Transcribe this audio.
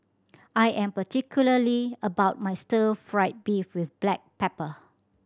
I am particularly about my stir fried beef with black pepper